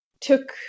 took